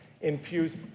infuse